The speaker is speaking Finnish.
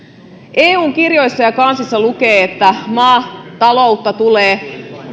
eun kirjoissa ja kansissa lukee että maataloutta tulee